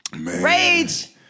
Rage